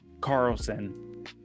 Carlson